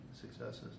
successes